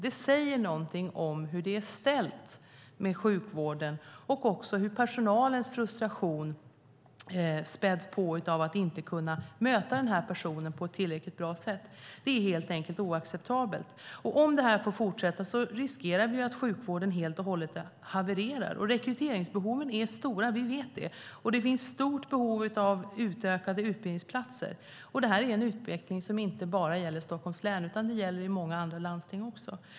Det säger någonting om hur det är ställt med sjukvården och hur personalens frustration späds på av att inte kunna möta den här personen på att tillräckligt bra sätt. Det är helt enkelt oacceptabelt. Om det här får fortsätta riskerar vi att sjukvården helt och hållet havererar. Rekryteringsbehoven är stora, det vet vi, och det finns ett stort behov av utökade utbildningsplatser. Det här är en utveckling som inte bara gäller Stockholms län utan många andra landsting också.